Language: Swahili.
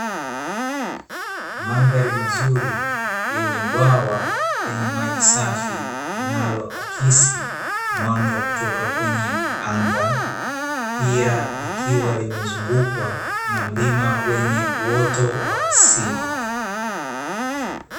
Mandhali mazuri yenye bwawa lenye maji safi linalo akisi mwanga kutoka kwenye anga, pia likiwa limezungukwa na mlima wenye uoto wa asili.